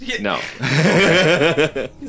No